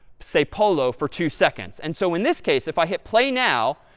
say polo for two seconds. and so in this case, if i hit play now,